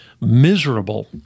miserable